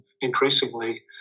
increasingly